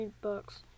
bucks